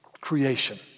creation